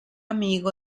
amigo